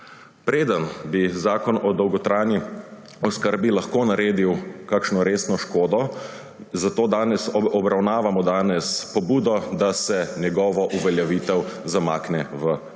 Preden bi zakon o dolgotrajni oskrbi lahko naredil kakšno resno škodo, danes obravnavamo pobudo, da se njegova uveljavitev zamakne v